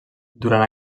durant